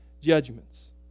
judgments